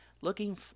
Looking